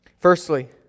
Firstly